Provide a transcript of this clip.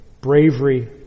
bravery